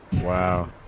Wow